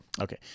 Okay